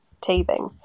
teething